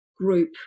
group